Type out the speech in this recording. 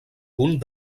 punt